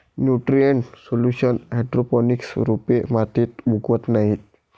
nutrient solution hydroponics रोपे मातीत उगवत नाहीत